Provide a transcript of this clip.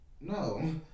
no